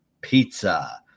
Pizza